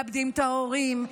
מאבדים את ההורים.